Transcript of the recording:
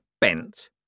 Bent